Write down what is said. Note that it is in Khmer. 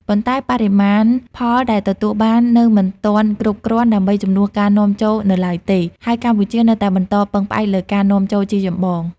ប៉ុន្តែបរិមាណផលដែលទទួលបាននៅមិនទាន់គ្រប់គ្រាន់ដើម្បីជំនួសការនាំចូលនៅឡើយទេ ហើយកម្ពុជានៅតែបន្តពឹងផ្អែកលើការនាំចូលជាចម្បង។